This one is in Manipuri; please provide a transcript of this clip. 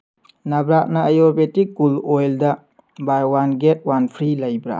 ꯅꯥꯚ꯭ꯔꯥꯠꯅꯥ ꯑꯌꯨꯔꯚꯦꯗꯤꯛ ꯀꯨꯜ ꯑꯣꯏꯜꯗ buy one get one free ꯂꯩꯕ꯭ꯔꯥ